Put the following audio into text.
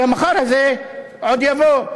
והמחר הזה עוד יבוא.